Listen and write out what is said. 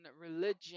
religion